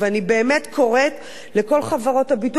אני באמת קוראת לכל חברות הביטוח.